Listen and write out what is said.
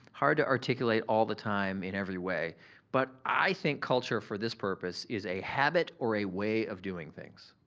hard to articulate all the time in every way but i think culture for this purpose is a habit or a way of doing things,